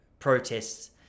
Protests